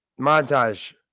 Montage